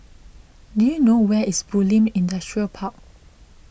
do you know where is Bulim Industrial Park